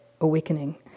awakening